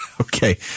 Okay